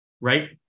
right